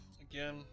Again